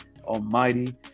almighty